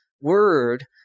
word